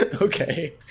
okay